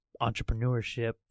entrepreneurship